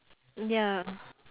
ya